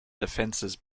defenses